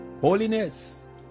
holiness